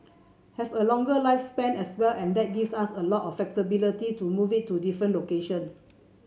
have a longer lifespan as well and that gives us a lot of flexibility to move it to different location